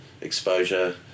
exposure